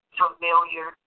familiar